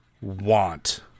want